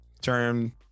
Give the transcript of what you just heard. turn